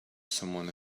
someone